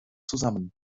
zusammen